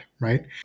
right